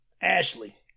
Ashley